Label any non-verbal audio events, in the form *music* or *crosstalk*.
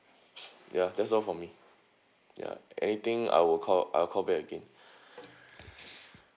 ya that's all for me ya anything I will call I'll call back again *breath*